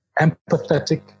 empathetic